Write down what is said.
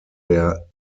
der